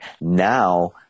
Now